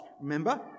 Remember